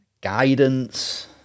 guidance